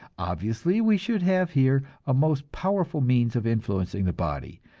obviously we should have here a most powerful means of influencing the body,